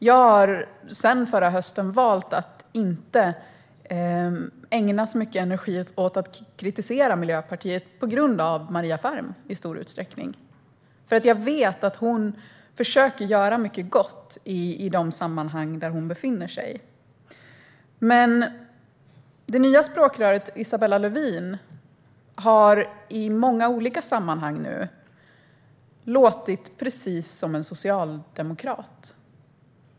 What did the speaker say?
Jag har sedan förra hösten valt att inte ägna så mycket energi åt att kritisera Miljöpartiet, i stor utsträckning på grund av Maria Ferm. Jag vet att hon försöker att göra mycket gott i de sammanhang där hon befinner sig. Det nya språkröret Isabella Lövin har i många olika sammanhang låtit precis som en socialdemokrat.